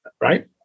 right